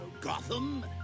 Gotham